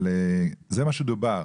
זה מה שדובר.